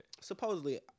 supposedly